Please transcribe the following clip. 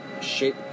shape